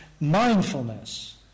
mindfulness